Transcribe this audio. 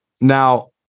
now